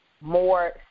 more